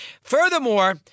Furthermore